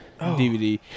DVD